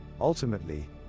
Ultimately